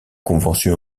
convention